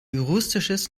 juristisches